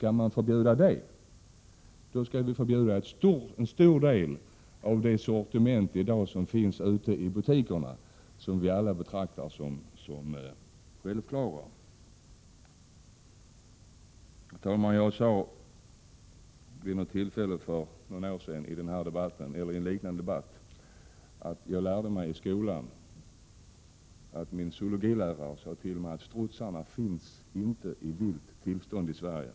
Skall man förbjuda detta, måste man förbjuda en stor del av det sortiment som finns i butikerna och som vi i dag betraktar som självklart. Herr talman! Jag sade vid något tillfälle för något år sedan i en liknande debatt att jag lärde mig av min zoologilärare i skolan att strutsen inte finns i vilt tillstånd i Sverige.